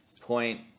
point